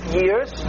years